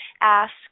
ask